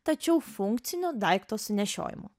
tačiau funkcinio daikto sunešiojimu